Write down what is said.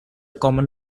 common